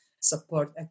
support